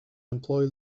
employ